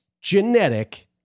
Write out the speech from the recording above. genetic